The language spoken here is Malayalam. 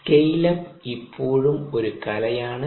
സ്കെയിൽ അപ്പ് ഇപ്പോഴും ഒരു കലയാണ്